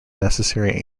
necessary